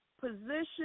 Position